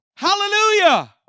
Hallelujah